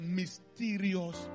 mysterious